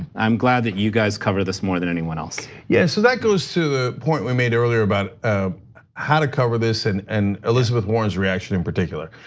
i'm glad that you guys cover this more than anyone else. yeah, so that goes to the point we made earlier about ah how to cover this and and elizabeth warren's reaction in particular.